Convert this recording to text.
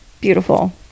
beautiful